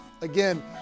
Again